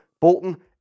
Bolton